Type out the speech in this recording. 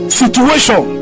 situation